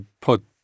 put